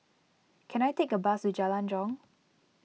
can I take a bus to Jalan Jong